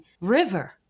river